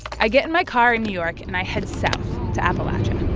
i get in my car in new york, and i head south to appalachia.